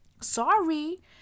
sorry